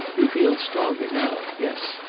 you feel stronger now yes,